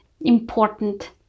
important